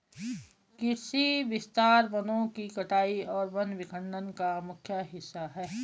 कृषि विस्तार वनों की कटाई और वन विखंडन का मुख्य हिस्सा है